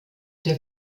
der